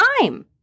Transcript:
time